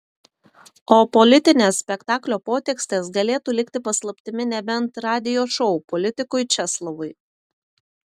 o politinės spektaklio potekstės galėtų likti paslaptimi nebent radijo šou politikui česlovui